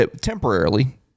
Temporarily